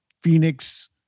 Phoenix